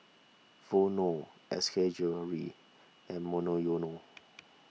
Vono S K Jewellery and Monoyono